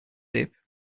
dip